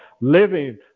living